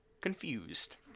confused